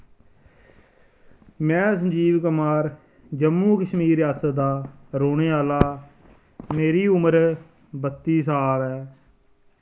मैं संजीव कुमार जम्मू कश्मीर रेआसत दा रोह्ने आह्ला मेरी उम्र बत्ती साल ऐ